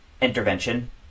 intervention